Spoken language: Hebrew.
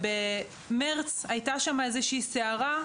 שעפה בו ההצללה בחודש מרץ עקב איזו שהיא סערה.